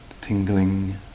tingling